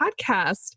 podcast